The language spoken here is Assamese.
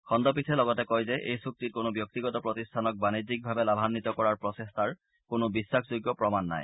খণ্ডপীঠে লগতে কয় যে এই চুক্তিত কোনো ব্যক্তিগত প্ৰতিষ্ঠানক বাণিজ্যিকভাৱে লাভায়িত কৰাৰ প্ৰচেষ্টাৰ কোনো বিশ্বাসযোগ্য প্ৰমাণ নাই